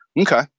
Okay